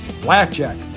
Blackjack